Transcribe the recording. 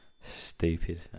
stupid